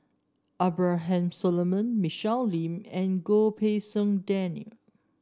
Abraham Solomon Michelle Lim and Goh Pei Siong Daniel